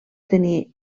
tenir